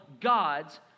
God's